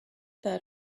that